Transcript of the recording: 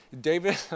David